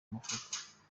mufuka